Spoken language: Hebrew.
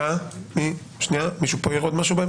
מישהו העיר הערה?